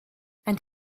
and